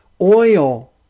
Oil